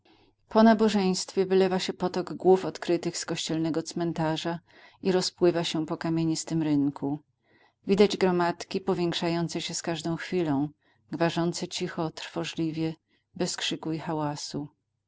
po nabożeństwie wylewa się potok głów odkrytych z kościelnego cmentarza i rozpływa się po kamienistym rynku widać gromadki powiększające się z każdą chwilą gwarzące cicho trwożliwie bez krzyku i hałasu